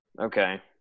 Okay